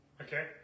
Okay